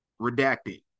Redacted